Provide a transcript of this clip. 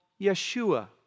Yeshua